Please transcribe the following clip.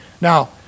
Now